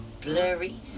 blurry